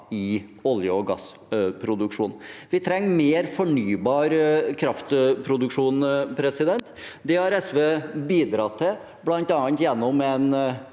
i olje- og gassproduksjon. Vi trenger mer fornybar kraftproduksjon. Det har SV bidratt til, bl.a. gjennom en